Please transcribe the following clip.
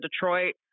Detroit